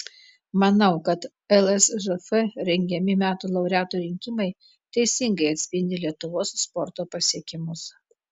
manau kad lsžf rengiami metų laureatų rinkimai teisingai atspindi lietuvos sporto pasiekimus